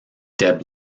deb